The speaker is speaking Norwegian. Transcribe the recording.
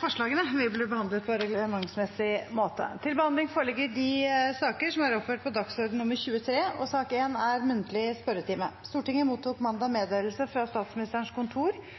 Forslagene vil bli behandlet på reglementsmessig måte. Stortinget mottok mandag meddelelse fra Statsministerens kontor om at utenriksminister Ine Eriksen Søreide og statsrådene Knut Arild Hareide og Tina Bru vil møte til muntlig spørretime.